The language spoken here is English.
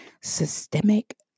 systemic